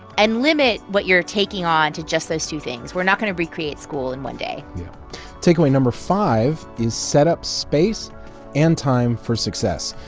and limit what you're taking on to just those two things. we're not going to recreate school in one day takeaway number five is set up space and time for success.